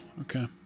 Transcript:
Okay